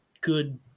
good